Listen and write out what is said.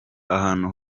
ahantu